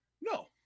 No